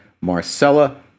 Marcella